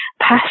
past